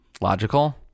Logical